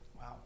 Wow